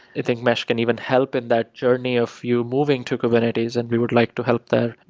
i think mesh can even help in that journey of you moving to kubernetes and we would like to help there,